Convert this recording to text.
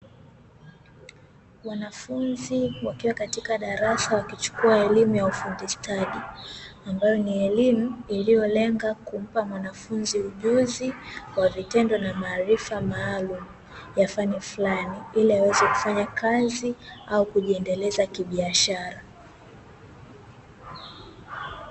Wanafunzi wakiwa katika darasa wakichukua elimu ya ufundi stadi, ambayo ni elimu iliyolenga kumpa mwanafunzi ujuzi wa vitendo na maarifa maalumu ya fani fulani, ili aweze kufanya kazi au kujiendeleza kibiashara.